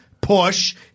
push